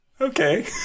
Okay